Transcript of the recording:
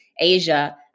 Asia